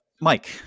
Mike